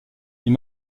est